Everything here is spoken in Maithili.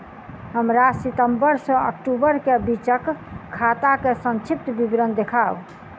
हमरा सितम्बर सँ अक्टूबर केँ बीचक खाता केँ संक्षिप्त विवरण देखाऊ?